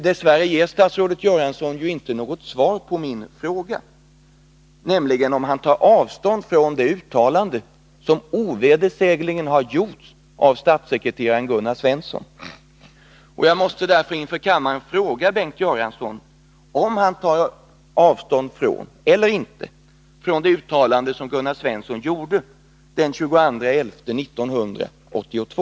Dess värre har statsrådet Göransson ju inte gett något svar på min fråga om han tar avstånd från det uttalande som ovedersägligen har gjorts av statssekreteraren Gunnar Svensson. Jag måste därför inför kammaren fråga Bengt Göransson om han tar avstånd eller inte från det uttalande som Gunnar Svensson gjorde den 22 november 1982.